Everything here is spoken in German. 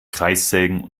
kreissägen